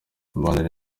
imibanire